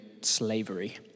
slavery